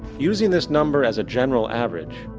using this number as a general average,